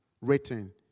written